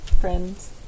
friends